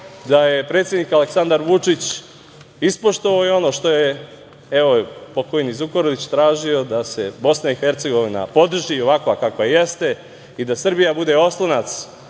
da je predsednik Aleksandar Vučić ispoštovao i ono što je, evo pokojni Zukorlić tražio da se Bosna i Hercegovina podrži, ovakva kakva jeste i da Srbija bude oslonac,